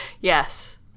Yes